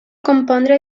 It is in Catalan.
compondre